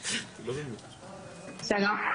שלום,